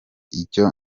icyo